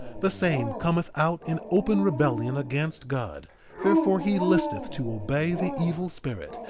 the same cometh out in open rebellion against god therefore he listeth to obey the evil spirit,